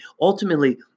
ultimately